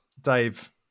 Dave